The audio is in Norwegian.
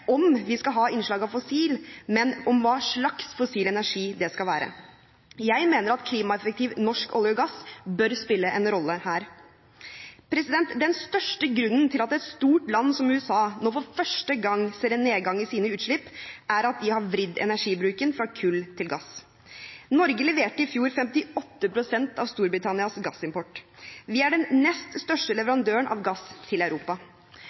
om vi skal ha innslag av fossil energi, men om hva slags fossil energi det skal være. Jeg mener at klimaeffektiv norsk olje og gass bør spille en rolle her. Den største grunnen til at et stort land som USA nå for første gang ser en nedgang i sine utslipp, er at de har vridd energibruken fra kull til gass. Norge leverte i fjor 58 pst. av Storbritannias gassimport. Vi er den nest største leverandøren av gass til Europa.